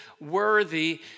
worthy